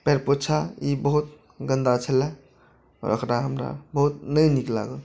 पएरपोछा ई बहुत गन्दा छलए आओर एकरा हमरा बहुत नहि नीक लागल